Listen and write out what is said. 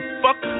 fuck